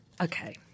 Okay